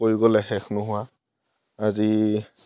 কৈ গ'লে শেষ নোহোৱা আজি